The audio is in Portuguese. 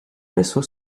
pessoa